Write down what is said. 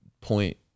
point